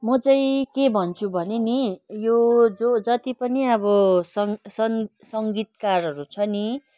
म चाहिँ के भन्छु भने नि यो जो जति पनि अब सन् सन् सङ्गीतकारहरू छ नि